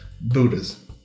Buddhas